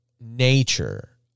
nature